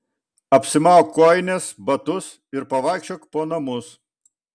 apsimauk kojines batus ir pavaikščiok po namus